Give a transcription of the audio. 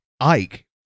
Ike